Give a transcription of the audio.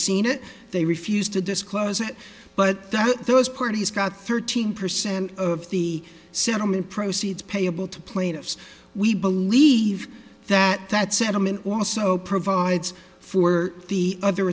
seen it they refused to disclose it but those parties got thirteen percent of the settlement proceeds payable to plaintiffs we believe that that settlement also provides for the other